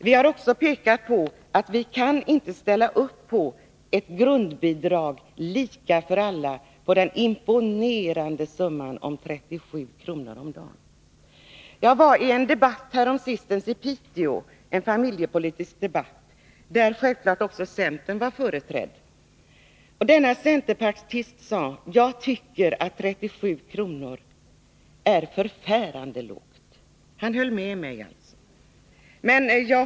Vi har också pekat på att vi inte kan ställa upp på ett grundbidrag, lika för alla, på den imponerande summan av 37 kr. om dagen. Jag deltog häromsistens i en familjepolitisk debatt i Piteå, där självfallet också centern var företrädd. Den centerpartist som deltog sade: Jag tycker att 37 kr. är förfärande lågt. Han höll alltså med mig.